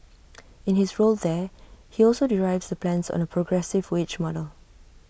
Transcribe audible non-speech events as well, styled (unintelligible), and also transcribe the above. in his role there he also (unintelligible) the plans on A progressive wage model